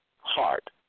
heart